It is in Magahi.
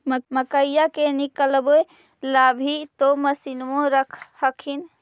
मकईया के निकलबे ला भी तो मसिनबे रख हखिन?